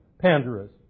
Pandarus